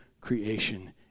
creation